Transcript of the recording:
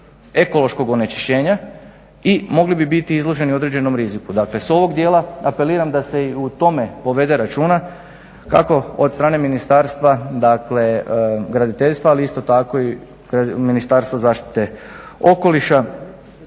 ekološkog onečišćenja i mogli bi biti izloženi određenom riziku. Dakle, s ovog dijela apeliram da se i o tome povede računa kako od strane ministarstva, dakle graditeljstva ali isto tako i Ministarstva zaštite okoliša.